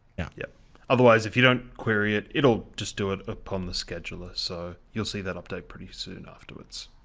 yeah yep otherwise if you don't query it it'll just do it upon the scheduler so you'll see that update pretty soon afterwards